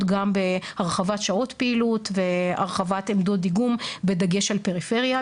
גם בהרחבת שעות הפעילות והרחבת עמדות דיגום בדגש על פריפריה,